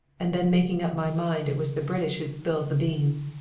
and then making up my mind it was the british who'd spilled the beans.